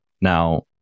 Now